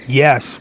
yes